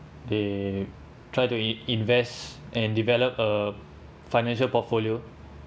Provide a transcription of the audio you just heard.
they try to in~ invest and develop a financial portfolio